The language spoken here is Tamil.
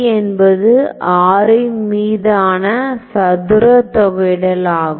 என்பது R ன் மீதான சதுர தொகையிடலாகும்